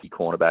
cornerback